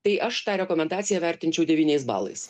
tai aš tą rekomendaciją vertinčiau devyniais balais